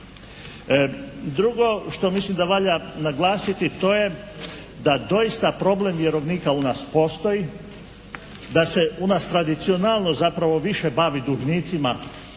Drugo što mislim da valja naglasiti to je da doista problem vjerovnika u nas postoji, da se u nas tradicionalno zapravo više bavi dužnicima